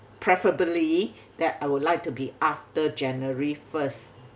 preferably that I would like to be after january first